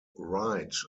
wright